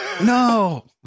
No